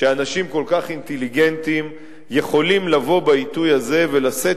שאנשים כל כך אינטליגנטים יכולים לבוא בעיתוי הזה ולשאת